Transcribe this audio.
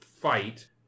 fight